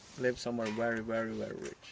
live somewhere very very very